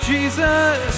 Jesus